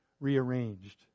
rearranged